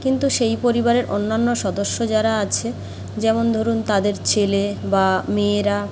কিন্তু সেই পরিবারের অন্যান্য সদস্য যারা আছে যেমন ধরুন তাদের ছেলে বা মেয়েরা